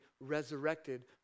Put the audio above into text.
resurrected